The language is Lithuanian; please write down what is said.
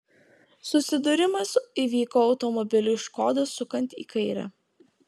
susidūrimas įvyko automobiliui škoda sukant į kairę